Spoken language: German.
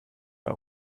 bei